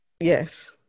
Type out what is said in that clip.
Yes